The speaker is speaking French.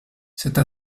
cette